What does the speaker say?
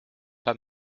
pas